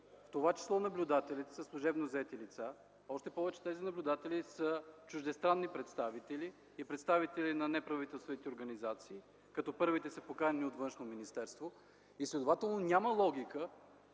в това число наблюдателите, са служебно заети лица. Още повече, че тези наблюдатели са чуждестранни представители и представители на неправителствени организации, като първите са поканени от Външно министерство, и следователно няма логика,